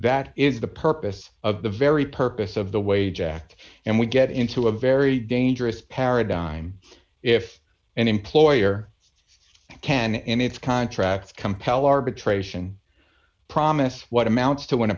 that is the purpose of the very purpose of the way jack and we get into a very dangerous paradigm if an employer can and its contracts compel arbitration promised what amounts to